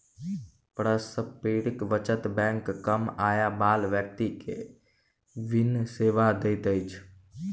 पारस्परिक बचत बैंक कम आय बला व्यक्ति के विभिन सेवा दैत अछि